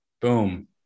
Boom